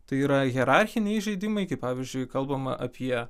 tai yra hierarchiniai įžeidimai kai pavyzdžiui kalbama apie